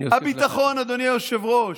הביטחון, אדוני היושב-ראש,